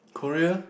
Korea